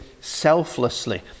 selflessly